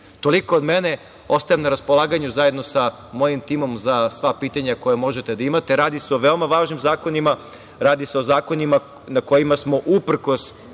od mene. Ostajem na raspolaganju zajedno sa mojim timom za sva pitanja koja možete da imate. Radi se o veoma važnim zakonima, radi se o zakonima na kojima smo uprkos